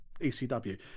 ECW